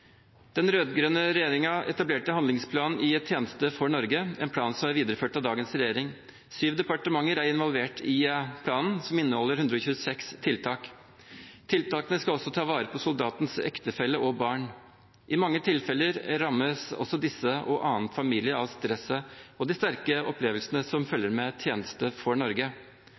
Den rød-grønne regjeringen etablerte handlingsplanen «I tjeneste for Norge», en plan som er videreført av dagens regjering. Syv departementer er involvert i planen, som inneholder 126 tiltak. Tiltakene skal også ta vare på soldatens ektefelle og barn. I mange tilfeller rammes også disse og annen familie av stresset og de sterke opplevelsene som følger med tjeneste for Norge.